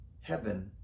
heaven